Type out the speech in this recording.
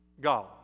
God